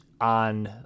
on